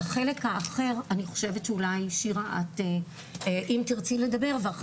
בחלק האחר אני חושבת שאולי שירה אם תרצי לדבר --- כן,